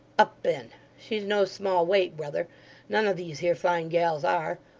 up then! she's no small weight, brother none of these here fine gals are.